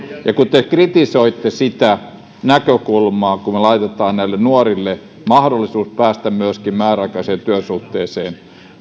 ja kun te kritisoitte sitä näkökulmaa että me laitamme näille nuorille mahdollisuuden päästä myöskin määräaikaiseen työsuhteeseen